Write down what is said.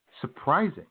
surprising